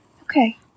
Okay